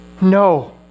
No